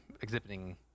exhibiting